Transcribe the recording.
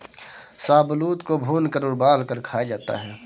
शाहबलूत को भूनकर और उबालकर खाया जाता है